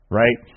right